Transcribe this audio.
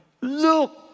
Look